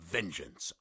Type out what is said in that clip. Vengeance